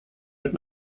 mit